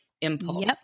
impulse